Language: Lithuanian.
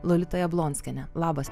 lolita jablonskiene labas